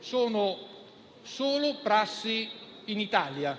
sono prassi solo in Italia.